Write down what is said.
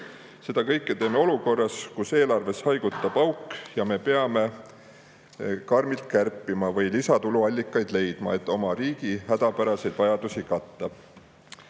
Seda kõike teeme olukorras, kus eelarves haigutab auk ja me peame karmilt kärpima või leidma lisatuluallikaid, et oma riigi hädapäraseid vajadusi katta.